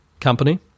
company